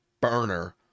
burner